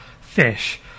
fish